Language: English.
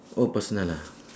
oh personal ah